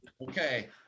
Okay